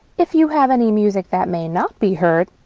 if you have any music that may not be heard,